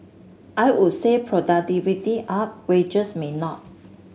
I would say productivity up wages may not